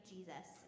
Jesus